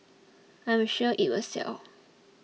I'm sure it will sell